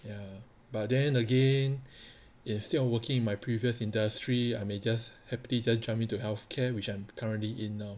ya but then again instead of working my previous industry I may just happily just jump into health care which I'm currently in now